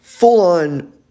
Full-on